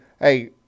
Hey